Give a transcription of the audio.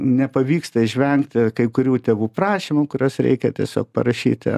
nepavyksta išvengti kai kurių tėvų prašymų kuriuos reikia tiesiog parašyti